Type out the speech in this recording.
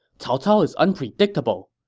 cao cao is unpredictable.